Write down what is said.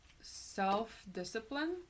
self-discipline